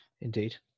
Indeed